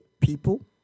people